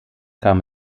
kam